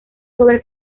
sobre